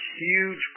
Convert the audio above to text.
huge